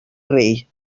rei